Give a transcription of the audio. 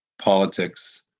politics